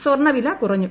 സ്വർണവില കുറഞ്ഞു